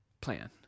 plan